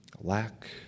Lack